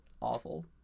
Awful